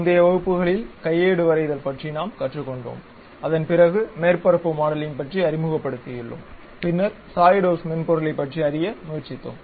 முந்தைய வகுப்புகளில் கையேடு வரைதல் பற்றி நாம் கற்றுக்கொண்டோம் அதன் பிறகு மேற்பரப்பு மாடலிங் பற்றிஅறிமுகப்படுத்தியுள்ளோம் பின்னர் சாலிட்வொர்க்ஸ் மென்பொருளைப் பற்றி அறிய முயற்சித்தோம்